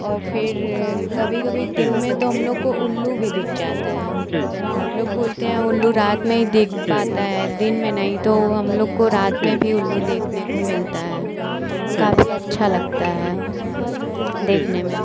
और फिर कभी कभी दिन में तो हमलोग को उल्लू भी दिख जाता है लोग बोलते हैं उल्लू रात में ही देख पाता है दिन में नहीं तो हमलोग को रात में भी उल्लू देखने को मिलता है काफ़ी अच्छा लगता है देखने में